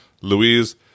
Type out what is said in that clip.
Louise